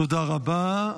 תודה רבה.